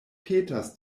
petas